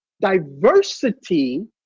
diversity